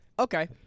Okay